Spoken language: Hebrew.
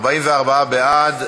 44 בעד,